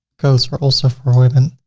coats are also for women.